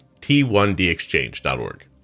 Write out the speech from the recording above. t1dexchange.org